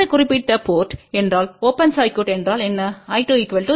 இந்த குறிப்பிட்ட போர்ட் என்றால் ஓபன் சர்க்யூட் என்றால் நான்I2 0